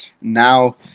now